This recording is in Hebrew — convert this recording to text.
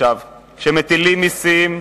כשמטילים מסים,